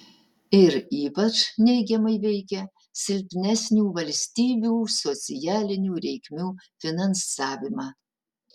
ir ypač neigiamai veikia silpnesnių valstybių socialinių reikmių finansavimą